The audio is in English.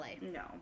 No